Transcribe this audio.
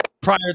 prior